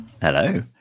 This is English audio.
Hello